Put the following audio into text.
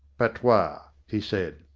patois, he said.